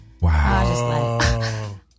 Wow